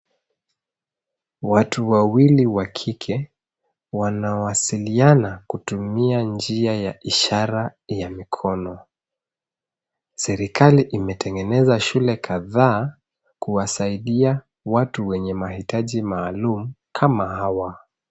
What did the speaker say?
Watu wawili wa kike wanawasiliana kutumia njia ya ishara ya mikono. Serikali imetengeneza shule kadhaa kuwasaidia watu wenye mahitaji maalumu kama hawa.